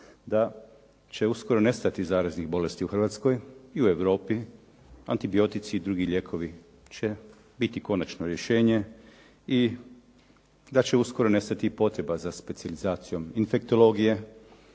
da će uskoro nestati zaraznih bolesti u Hrvatskoj i u Europi. Antibiotici i drugi lijekovi će biti konačno rješenje i da će uskoro nestati potreba za specijalizacijom infektologije.